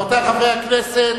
רבותי חברי הכנסת,